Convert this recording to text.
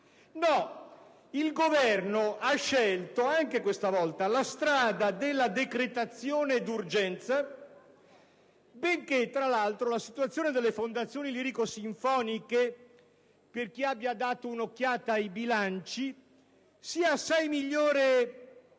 no! Il Governo ha scelto, anche questa volta, la strada della decretazione d'urgenza, benché la situazione delle fondazioni lirico sinfoniche risulti, per chi abbia dato una veloce lettura ai bilanci, assai migliore